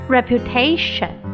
Reputation